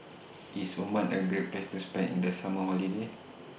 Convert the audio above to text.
IS Oman A Great Place to spend in The Summer Holiday